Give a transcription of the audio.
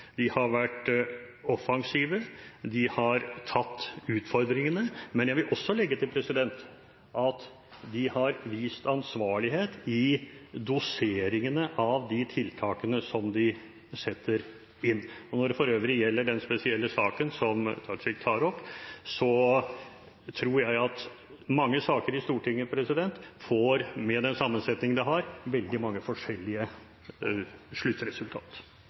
De har vært offensive. De har tatt utfordringene. Men jeg vil legge til at de har vist ansvarlighet i doseringene av de tiltakene som de setter inn. Når det for øvrig gjelder den spesielle saken som representanten Tajik tar opp, tror jeg at mange saker i Stortinget – med den sammensetningen det har – får veldig mange forskjellige